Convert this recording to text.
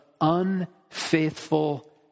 unfaithful